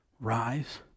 Rise